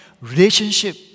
Relationship